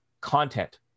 content